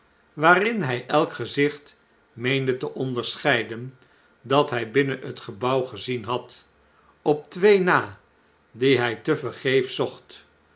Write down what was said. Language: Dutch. waarin hij elk gezicht meende te onderscheiden dat hij binnen het gebouw gezien had op twee na die hij tevergeefs zocht